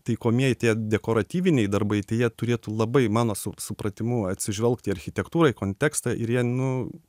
taikomieji tie dekoratyviniai darbai tai jie turėtų labai mano su supratimu atsižvelgt į architektūrą į kontekstą ir jie nu